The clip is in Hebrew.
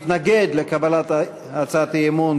שמתנגד לקבלת הצעת האי-אמון,